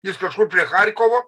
jis kažkur prie charkovo